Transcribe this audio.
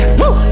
woo